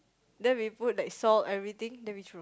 then we put like salt everything then we throw